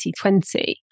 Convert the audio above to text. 2020